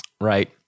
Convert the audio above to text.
right